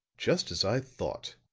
just as i thought,